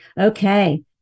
Okay